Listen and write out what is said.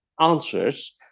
answers